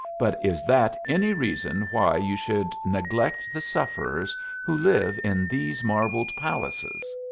but is that any reason why you should neglect the sufferers who live in these marble palaces?